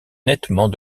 nettement